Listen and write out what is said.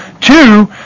Two